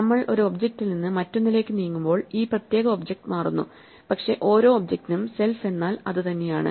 നമ്മൾ ഒരു ഒബ്ജെക്ടിൽ നിന്ന് മറ്റൊന്നിലേക്ക് നീങ്ങുമ്പോൾ ഈ പ്രത്യേക ഒബ്ജെക്ട് മാറുന്നു പക്ഷേ ഓരോ ഒബ്ജെക്ടിനും സെൽഫ് എന്നാൽ അതുതന്നെയാണ്